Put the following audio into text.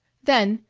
then,